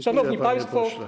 Szanowni Państwo!